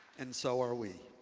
and so are we.